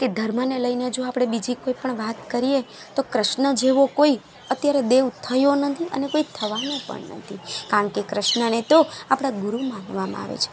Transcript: કે ધર્મને લઈને આપણે બીજી કોઈ પણ વાત કારીએ તો કૃષ્ણ જેવો કોઈ અત્યારે દેવ થયો નથી અને કોઈ થવાનો પણ નથી કારણ કે ક્રૃષ્ણને તો આપણા ગુરુ માનવામાં આવે છે